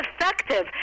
effective